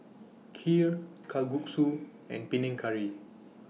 Kheer Kalguksu and Panang Curry